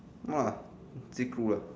!wah! stay cool ya